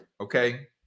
Okay